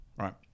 right